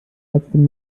ärztin